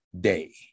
Day